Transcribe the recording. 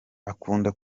akunda